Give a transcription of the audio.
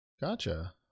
Gotcha